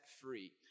free